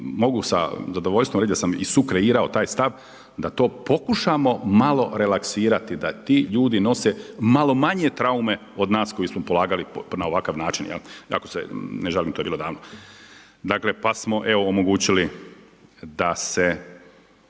mogu sa zadovoljstvom reći da sam i sukreirao taj stav da to pokušamo malo relaksirati da ti ljudi nose malo manje traume od nas koji smo polagali na ovakav način. Iako se ne žalim, to je bilo davno. Dakle, pa smo evo omogućili da se